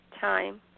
time